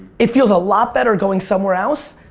it feels a lot better going somewhere else.